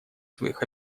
своих